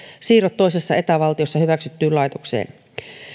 siirrot toisessa eta valtiossa hyväksyttyyn laitokseen